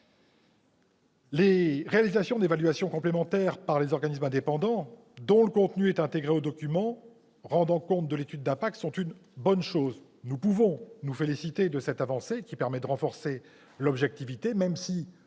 la réalisation d'évaluations complémentaires par des organismes indépendants, dont le contenu serait intégré au document rendant compte de l'étude d'impact. Nous pouvons nous féliciter de cette avancée, qui permettra de renforcer l'objectivité de